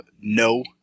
no